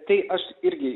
tai aš irgi